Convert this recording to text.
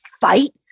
fight